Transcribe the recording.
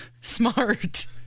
smart